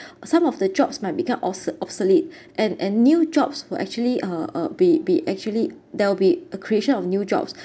some of the jobs might become obso~ obsolete and and new jobs will actually uh uh be be actually there'll be a creation of new jobs